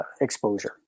exposure